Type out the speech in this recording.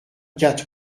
quatre